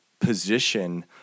position